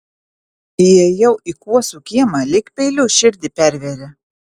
įėjau į kuosų kiemą lyg peiliu širdį pervėrė